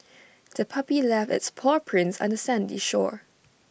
the puppy left its paw prints on the sandy shore